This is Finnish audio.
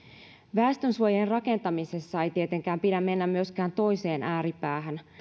väestönsuojien rakentamisessa ei tietenkään pidä mennä myöskään toiseen ääripäähän